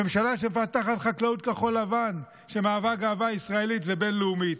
ממשלה שמפתחת חקלאות כחול-לבן שמהווה גאווה ישראלית ובין-לאומית,